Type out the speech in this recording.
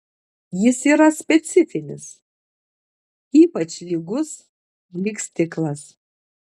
jis yra specifinis ypač lygus lyg stiklas